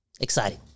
exciting